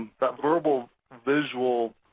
but verbal visual